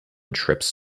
trips